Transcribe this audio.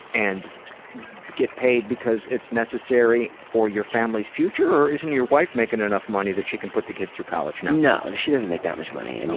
and get paid because it's necessary for your family's future? or isn't your wife making enough money that she can put the kids through college? no, she doesn't make that much money. and